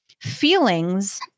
feelings